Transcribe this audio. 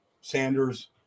Sanders